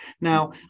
Now